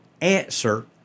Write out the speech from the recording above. answer